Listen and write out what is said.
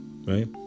Right